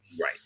Right